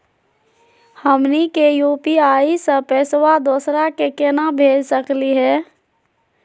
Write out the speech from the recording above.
हमनी के यू.पी.आई स पैसवा दोसरा क केना भेज सकली हे?